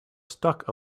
stuck